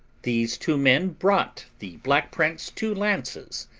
these two men brought the black prince two lances,